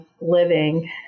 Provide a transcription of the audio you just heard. living